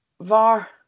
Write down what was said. VAR